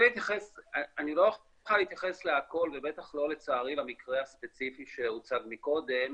אני לא אוכל להתייחס לכול ובטח לא לצערי למקרה הספציפי שהוצג מקודם,